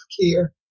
care